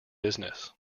business